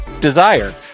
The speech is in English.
Desire